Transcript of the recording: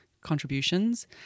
contributions